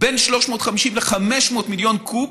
בין 350 ל-500 מיליון קוב,